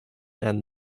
and